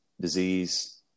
disease